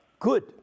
Good